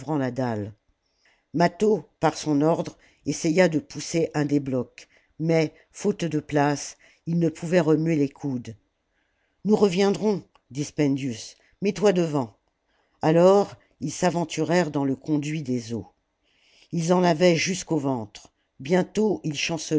mâtho par son ordre essaya de pousser un des blocs mais faute de place il ne pouvait remuer les coudes nous reviendrons dit spendius mets-toi devant alors ils s'aventurèrent dans le conduit des eaux ils en avaient jusqu'au ventre bientôt ils